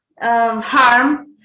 harm